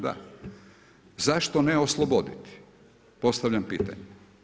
Da, zašto ne osloboditi postavljam pitanje.